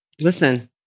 Listen